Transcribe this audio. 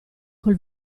col